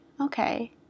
okay